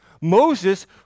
Moses